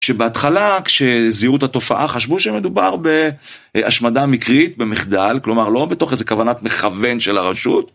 שבהתחלה כשזיהו את התופעה חשבו שמדובר בהשמדה מקרית במחדל, כלומר לא בתוך איזה כוונת מכוון של הרשות.